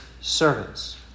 servants